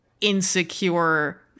insecure